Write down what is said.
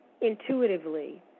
intuitively